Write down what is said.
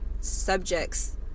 subjects